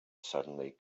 suddenly